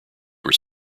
were